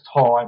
time